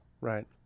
right